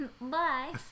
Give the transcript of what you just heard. Bye